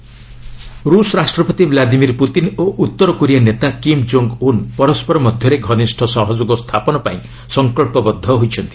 Kim Putin meet ରୁଷ ରାଷ୍ଟ୍ରପତି Vladimir Putin ଓ ଉତ୍ତରକୋରିଆ ନେତା କିମ୍ କୋଙ୍ଗ ଉନ୍ ପରସ୍କର ମଧ୍ୟରେ ଘନିଷ୍ଠ ସହଯୋଗ ସ୍ଥାପନ ପାଇଁ ସଂକଳ୍ପବଦ୍ଧ ହୋଇଛନ୍ତି